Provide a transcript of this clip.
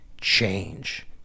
change